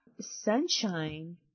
sunshine